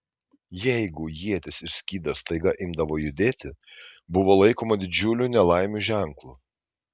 jeigu ietis ir skydas staiga imdavo judėti buvo laikoma didžiulių nelaimių ženklu